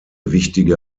wichtige